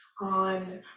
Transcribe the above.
on